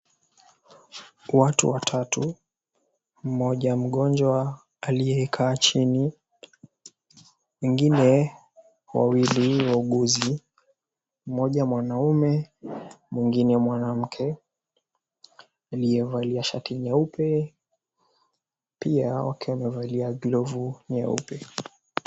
Watu watatu. Mmoja mgonjwa aliyekaa chini. Wengine wawili wauguzi. Mmoja mwanaume, mwingine mwanamke. Aliyevalia shati nyeupe. Pia wakiwa wamevalia glovu nyeupe.